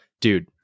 dude